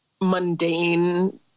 mundane